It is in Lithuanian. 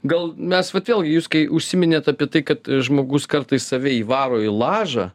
gal mes vat vėlgi jūs kai užsiminėt apie tai kad žmogus kartais save įvaro į lažą